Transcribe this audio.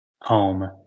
home